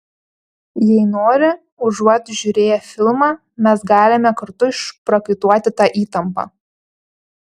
jei nori užuot žiūrėję filmą mes galime kartu išprakaituoti tą įtampą